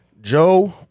Joe